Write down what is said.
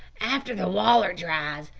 after the waller dries,